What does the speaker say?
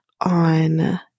on